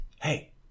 hey